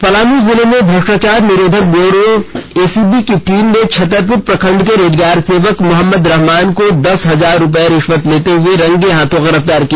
पलामू जिलें में भष्ट्राचार निरोधक ब्योरो एसीबी टीम ने छतरपुर प्रखंड के रोजगार सेवक मोहम्मद रहमान को दस हजार रूपये रिश्वत लेते हुए रंगे हाथों गिरफ्तार किया